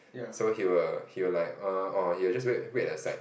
so he will he will like err orh he will just wait wait at the side